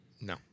No